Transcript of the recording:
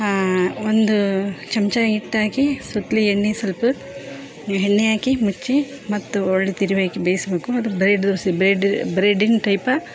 ಹಾಂ ಒಂದು ಚಮಚ ಹಿಟ್ಟು ಹಾಕಿ ಸುತ್ತಲಿ ಎಣ್ಣೆ ಸ್ವಲ್ಪ ಎಣ್ಣೆ ಹಾಕಿ ಮುಚ್ಚಿ ಮತ್ತು ಒಳ್ಳೆ ತಿರುವಿ ಹಾಕಿ ಬೇಯಿಸ್ಬೇಕು ಅದು ಬ್ರೆಡ್ ದೋಸೆ ಬ್ರೆಡ್ ಬ್ರೆಡಿನ್ ಟೈಪ